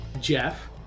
Jeff